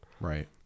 Right